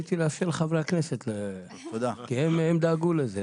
רציתי לאפשר לחברי הכנסת כי הם דאגו לזה.